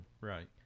Right